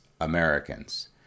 americans